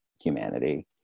humanity